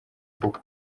kuko